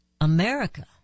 America